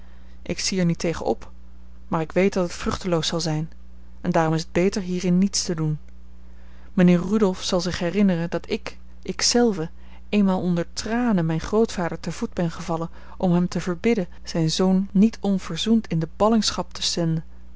ik zie er niet tegen op maar ik weet dat het vruchteloos zal zijn en daarom is het beter hierin niets te doen mijnheer rudolf zal zich herinneren dat ik ik zelve eenmaal onder tranen mijn grootvader te voet ben gevallen om hem te verbidden zijn zoon niet onverzoend in de ballingschap te zenden